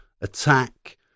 attack